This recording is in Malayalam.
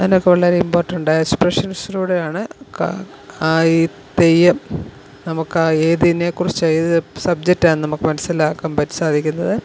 അതിനൊക്കെയുള്ള ഒരു ഇമ്പോർട്ടൻ്റുണ്ട് ആ എക്സ്പ്രഷൻസിലൂടെയാണ് ക ആ ഈ തെയ്യം നമുക്ക് ആ ഏതിനെ കുറിച്ചും ഏത് സബ്ജക്റ്റാണെന്ന് നമുക്ക് മനസ്സിലാക്കാൻ പ സാധിക്കുന്നത്